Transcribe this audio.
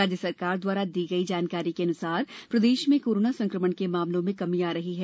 राज्य सरकार द्वारा दी गई जानकारी के अनुसार प्रदेश में कोरोना संक्रमण के मामलों में कमी आ रही है